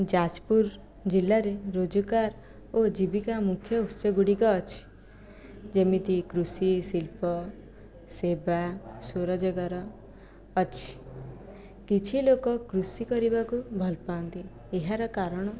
ଯାଜପୁର ଜିଲ୍ଲାରେ ରୋଜଗାର ଓ ଜୀବିକା ମୁଖ୍ୟ ଉତ୍ସ ଗୁଡ଼ିକ ଅଛି ଯେମିତି କୃଷି ଶିଳ୍ପ ସେବା ସ୍ଵରୋଜଗାର ଅଛି କିଛି ଲୋକ କୃଷି କରିବାକୁ ଭଲ ପାଆନ୍ତି ଏହାର କାରଣ